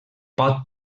pot